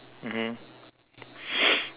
mmhmm